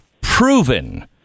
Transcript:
proven